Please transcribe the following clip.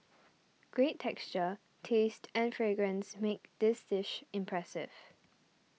great texture taste and fragrance make this dish impressive